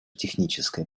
техническая